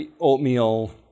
oatmeal